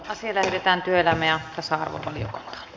asia lähetettiin työelämä ja tasa arvovaliokuntaan